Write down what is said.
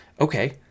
okay